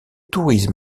tourisme